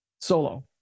solo